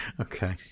Okay